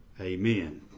amen